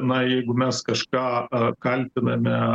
na jeigu mes kažką kaltiname